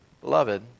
Beloved